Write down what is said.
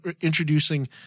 introducing